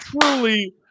truly